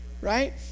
Right